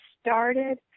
started